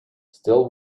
still